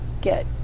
get